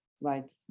Right